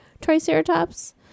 triceratops